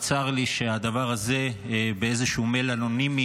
וצר לי שהדבר הזה מאיזשהו מייל אנונימי